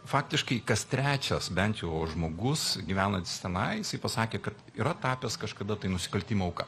faktiškai kas trečias bent jau žmogus gyvenantis tenai jisai pasakė kad yra tapęs kažkada tai nusikaltimo auka